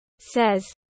says